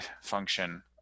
function